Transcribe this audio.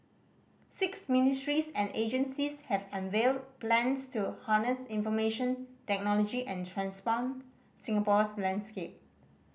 six ministries and agencies have unveiled plans to harness information technology and transform Singapore's landscape